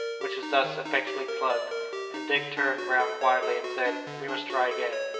which was thus effectually plugged and dick turned round quietly, and said we must try again.